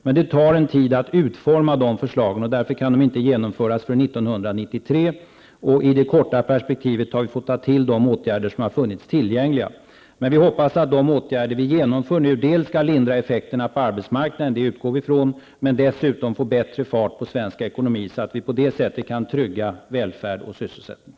Men det tar tid att utforma de förslagen, och därför kan de inte genomföras förrän 1993. I det korta perspektivet har vi fått ta till de åtgärder som har funnits tillgängliga. Vi hoppas att de åtgärder vi nu genomför dels skall lindra effekterna på arbetsmarknaden -- det utgår vi från --, dels skall se till att vi får bättre fart på svensk ekonomi så att vi på det sättet kan trygga välfärd och sysselsättning.